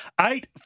eight